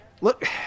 Look